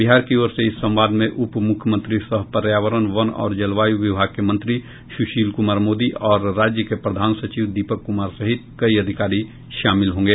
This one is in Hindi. बिहार की ओर से इस संवाद में उप मुख्यमंत्री सह पर्यावरण वन और जलवायु विभाग के मंत्री सुशील कुमार मोदी और राज्य के प्रधान सचिव दीपक कुमार सहित कई अधिकारी शामिल होंगे